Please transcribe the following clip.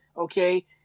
okay